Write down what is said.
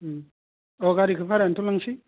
ओम अह गारिखौ भारायावनोथ' लांनोसै